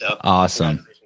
Awesome